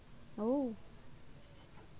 oo